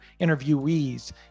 interviewees